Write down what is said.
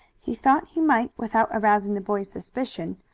he thought he might, without arousing the boy's suspicion,